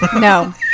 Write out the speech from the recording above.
no